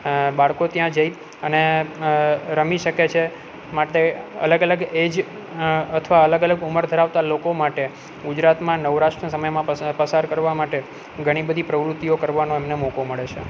બાળકો ત્યાં જઈ અને રમી શકે છે માટે અલગ અલગ એજ અથવા અલગ અલગ ઉમર ધરાવતા લોકો માટે ગુજરાતમાં નવરાશના સમયમાં પસા પસાર કરવા માટે ઘણી બધી પ્રવૃતિઓ કરવાનો એમને મોકો મળે છે